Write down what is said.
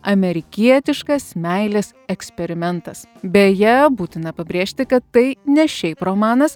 amerikietiškas meilės eksperimentas beje būtina pabrėžti kad tai ne šiaip romanas